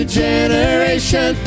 generation